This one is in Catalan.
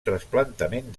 trasplantament